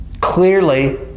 clearly